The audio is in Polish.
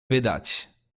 wydać